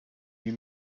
you